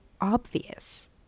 obvious